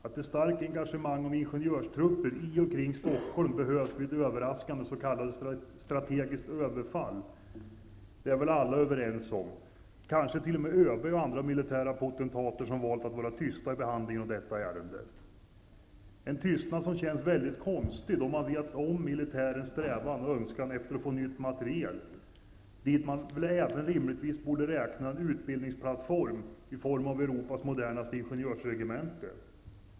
Att ett starkt engagemang av ingenjörstrupper i och kring Stockholm behövs vid ett överraskande strategiskt överfall är väl alla överens om, kanske t.o.m. ÖB och andra militära potentater som har valt att vara tysta i behandlingen av detta ärende -- en tystnad som känns väldigt konstig då man känner till militärens strävan och önskan efter ny materiel, dit väl rimligtvis även en utbildningsplattform i form av Europas modernaste ingenjörsregemente borde räknas.